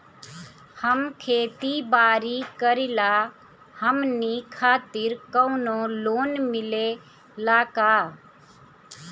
हम खेती बारी करिला हमनि खातिर कउनो लोन मिले ला का?